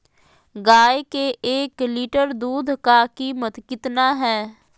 गाय के एक लीटर दूध का कीमत कितना है?